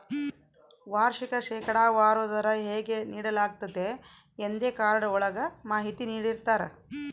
ವಾರ್ಷಿಕ ಶೇಕಡಾವಾರು ದರ ಹೇಗೆ ನೀಡಲಾಗ್ತತೆ ಎಂದೇ ಕಾರ್ಡ್ ಒಳಗ ಮಾಹಿತಿ ನೀಡಿರ್ತರ